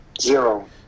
Zero